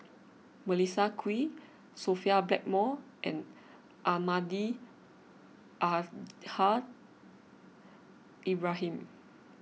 Melissa Kwee Sophia Blackmore and Almahdi Al Haj Ibrahim